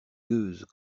gueuses